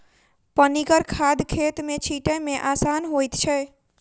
पनिगर खाद खेत मे छीटै मे आसान होइत छै